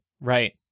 Right